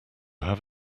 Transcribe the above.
have